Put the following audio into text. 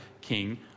king